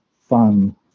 fun